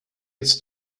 its